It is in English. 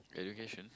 education